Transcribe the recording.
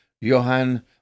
Johann